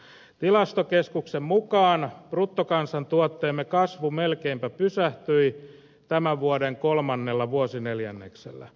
tilastokeskuksen mukaan bruttokansantuotteemme kasvu melkeinpä pysähtyi tämän vuoden kolmannella vuosineljänneksellä